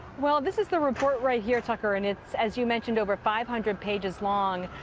well, this is the report right here, tucker. and it's as you mentioned over five hundred pages long.